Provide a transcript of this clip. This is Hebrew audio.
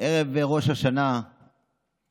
ערב ראש השנה תשפ"ב,